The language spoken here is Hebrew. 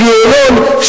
בוגי יעלון,